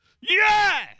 yes